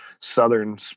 Southern